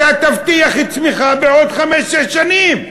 אתה תבטיח צמיחה בעוד חמש-שש שנים.